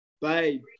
Babe